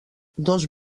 dos